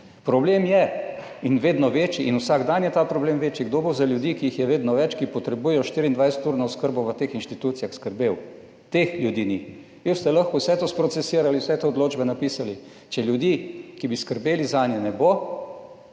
večji in vsak dan je ta problem večji, kdo bo za ljudi, ki jih je vedno več, ki potrebujejo 24 urno oskrbo v teh inštitucijah, skrbel? Teh ljudi ni. Boste lahko vse to sprocesirali, vse te odločbe napisali, če ljudi ki bi skrbeli zanje ne bo,